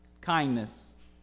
kindness